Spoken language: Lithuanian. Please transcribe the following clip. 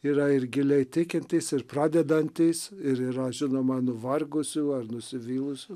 yra ir giliai tikintys ir pradedantys ir yra žinoma nuvargusių ar nusivylusių